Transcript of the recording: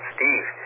Steve